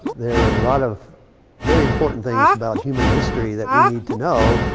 there are a lot of very important things about human history that we need to know,